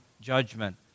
judgment